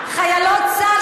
חיילות צה"ל,